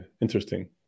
Interesting